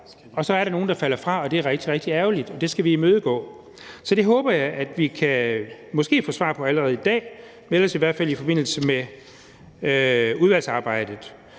og så er der nogle, der falder fra, og det er rigtig, rigtig ærgerligt, og det skal vi imødegå. Så det håber jeg vi måske allerede i dag kan få svar på, men ellers i hvert fald i forbindelse med udvalgsarbejdet.